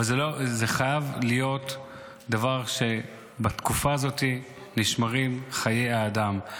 אבל זה חייב להיות דבר כשבתקופה הזאת נשמרים חיי האדם.